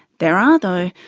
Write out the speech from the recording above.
there are, though,